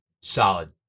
solid